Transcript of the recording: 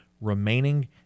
remaining